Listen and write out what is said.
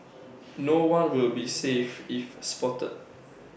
no one will be safe if spotted